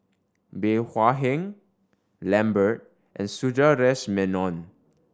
Bey Hua Heng Lambert and Sundaresh Menon